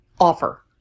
offer